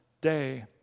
day